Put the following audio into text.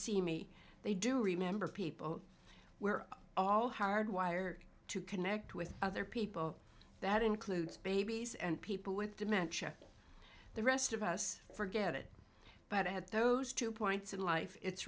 see me they do remember people we're all hardwired to connect with other people that includes babies and people with dementia the rest of us forget it but i had those two points in life it's